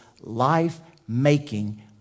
life-making